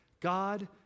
God